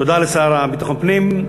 תודה לשר לביטחון פנים.